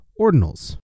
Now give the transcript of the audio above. ordinals